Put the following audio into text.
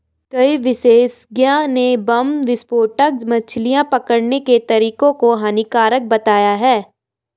कई विशेषज्ञ ने बम विस्फोटक मछली पकड़ने के तरीके को हानिकारक बताया है